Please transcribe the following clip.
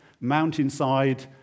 mountainside